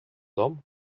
damme